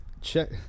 Check